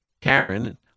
Karen